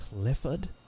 Clifford